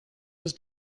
was